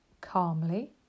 Calmly